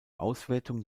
auswertung